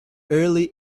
early